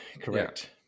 correct